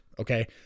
Okay